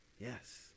Yes